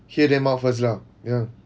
hear them out first lah ya